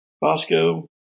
Bosco